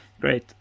great